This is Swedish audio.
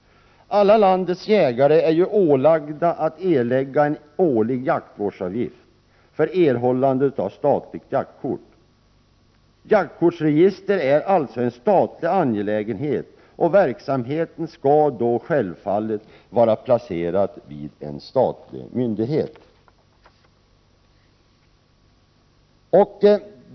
Alla landets jägare är ju ålagda att erlägga en årlig jaktvårdsavgift för erhållande av statligt jaktkort. Jaktkortsregistret är alltså en statlig angelägenhet, och verksamheten skall då självfallet vara placerad vid en statlig myndighet.